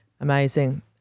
Amazing